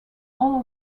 all